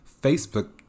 Facebook